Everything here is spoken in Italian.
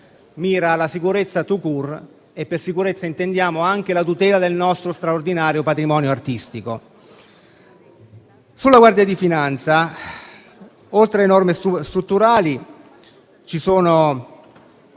mira alla sicurezza *tout-court*, e per sicurezza intendiamo anche la tutela del nostro straordinario patrimonio artistico. Sulla Guardia di finanza, oltre alle norme strutturali, si incide